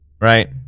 right